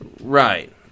Right